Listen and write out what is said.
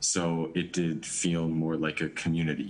ולכן זה הרגיש יותר כמו קהילה.